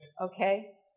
okay